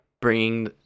bringing